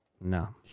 No